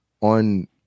on